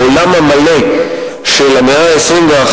העולם המלא של המאה ה-21,